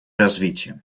развитием